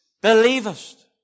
believest